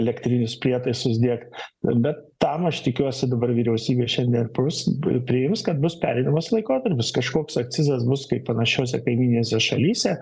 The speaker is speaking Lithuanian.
elektrinius prietaisus diegt ir dar tam aš tikiuosi dabar vyriausybė šiandien ir prus priims kad bus pereinamas laikotarpis kažkoks akcizas bus kaip panašiose kaimyninėse šalyse